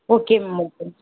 okay ma'am okay ma'am